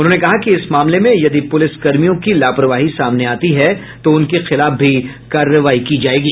उन्होंने कहा कि इस मामले में यदि पुलिस कर्मियों की लापरवाही सामने आती है तो उनके खिलाफ भी कार्रवाई की जायेगी